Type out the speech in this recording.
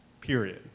period